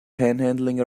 panhandling